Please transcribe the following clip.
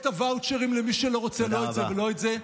את הוואוצ'רים למי שלא רוצה לא את זה ולא את זה,